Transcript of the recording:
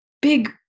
big